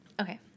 Okay